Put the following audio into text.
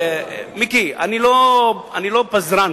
מיקי, אני לא פזרן.